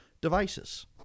devices